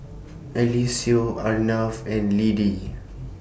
Eliseo Arnav and Lidie